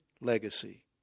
legacy